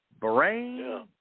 Bahrain